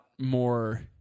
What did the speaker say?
more